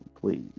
Please